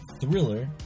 Thriller